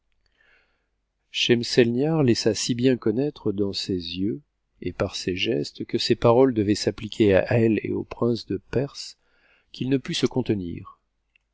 schemselnihar laissa si bien connaître dans ses yeux et par ses gestes que ces paroles devaient s'appliquer à elle et au prince de perse qu'il ne put se contenir